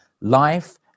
life